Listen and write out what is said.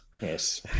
Yes